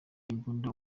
imbunda